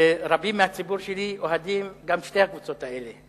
ורבים מהציבור שלי אוהדים גם את שתי הקבוצות האלה.